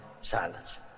silence